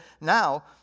now